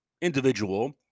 individual